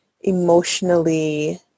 emotionally